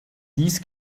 dies